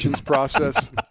process